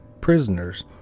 prisoners